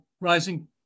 rising